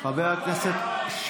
את יכולה לצאת.